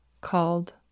called